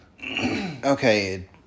Okay